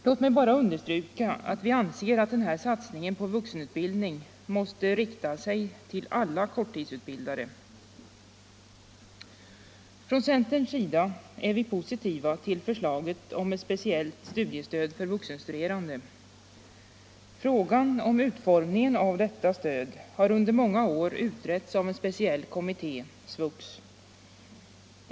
Låt mig bara understryka att vi anser att den här satsningen på vuxenutbildning måste rikta sig till alla korttidsutbildade. Från centerns sida är vi positiva till förslaget om ett speciellt studiestöd för vuxenstuderande. Frågan om utformningen av detta stöd har under många år utretts av en speciell kommitté, SVUX.